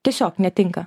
tiesiog netinka